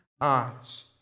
eyes